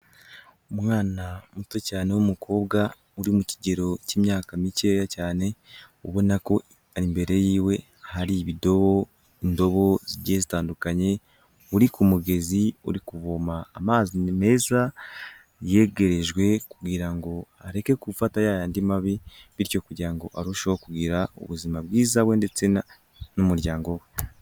Umwana muto cyane w'umukobwa, uri mu kigero cy'imyaka mikeya cyane, ubona ko ari imbere yiwe, hari ibidobo, indobo zigiye zitandukanye, uri ku mugezi uri kuvoma amazi meza, yegerejwe kugira ngo areke gufata ya yandi mabi, bityo kugira ngo arusheho kugira ubuzima bwiza we ndetse n'umuryango we.